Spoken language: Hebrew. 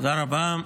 תודה רבה,